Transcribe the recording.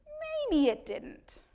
maybe it didn't,